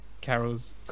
Carol's